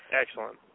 Excellent